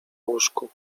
łóżku